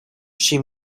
she